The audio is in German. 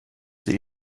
sie